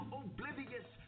oblivious